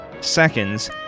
seconds